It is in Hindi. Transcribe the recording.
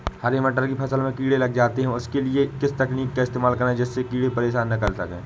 हरे मटर की फसल में कीड़े लग जाते हैं उसके लिए किस तकनीक का इस्तेमाल करें जिससे कीड़े परेशान ना कर सके?